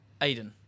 Aiden